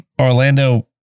Orlando